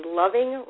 loving